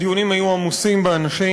הדיונים היו עמוסים באנשים.